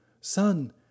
Son